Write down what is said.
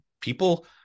People